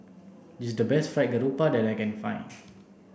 this is the best fried garoupa that I can find